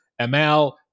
ML